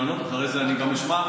אחרי זה אני גם אשמע.